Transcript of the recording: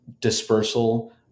dispersal